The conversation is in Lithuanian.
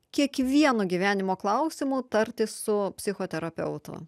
kiekvienu gyvenimo klausimu tartis su psichoterapeutu